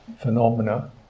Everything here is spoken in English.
phenomena